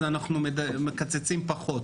אז אנחנו מקצצים פחות,